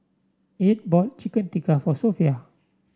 Edd bought Chicken Tikka for Sophia